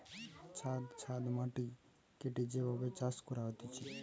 ছাদ ছাদ মাটি কেটে যে ভাবে চাষ করা হতিছে